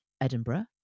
Edinburgh